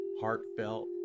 heartfelt